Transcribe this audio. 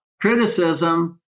criticism